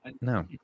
No